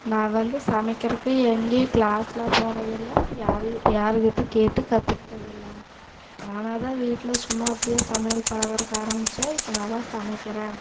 நான் வந்து சமைக்கிறக்கு எங்கேயும் கிளாஸ்லாம் போனது இல்லை யாரையும் யாருகிட்ட கேட்டு கற்றுக்கிட்டது இல்லை நானாக தான் வீட்டில் சும்மா அப்படியே சமையல் பழகிறக்கு ஆரம்பித்தேன் இப்போ நல்லா சமைக்கிறேன்